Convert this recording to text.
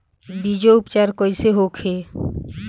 बीजो उपचार कईसे होखे?